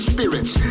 spirits